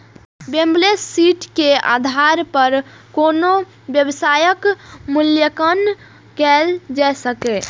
balance sheet के आधार पर कोनो व्यवसायक मूल्यांकन कैल जा सकैए